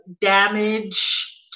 damage